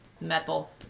metal